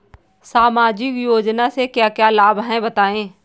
सामाजिक योजना से क्या क्या लाभ हैं बताएँ?